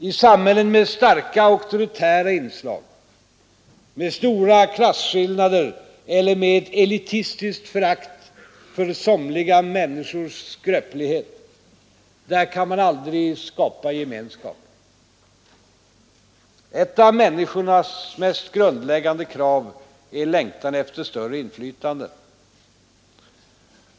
I samhällen med starka auktoritära inslag, med stora klasskillnader eller med ett elitistiskt förakt för vanliga människors skröplighet, där kan man aldrig skapa gemenskap. Ett av människors mest grundläggande krav är längtan efter större inflytande.